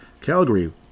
Calgary